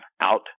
out